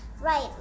right